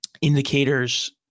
indicators